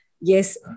Yes